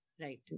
Right